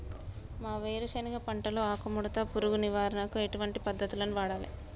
మా వేరుశెనగ పంటలో ఆకుముడత పురుగు నివారణకు ఎటువంటి పద్దతులను వాడాలే?